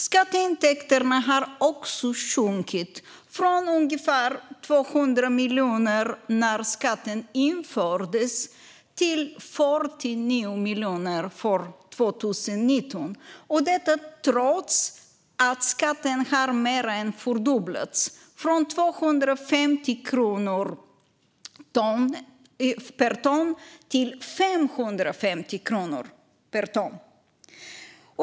Skatteintäkterna har också sjunkit, från ungefär 200 miljoner när skatten infördes till 49 miljoner år 2019, trots att skatten har mer än fördubblats från 250 kronor per ton till 550 kronor per ton.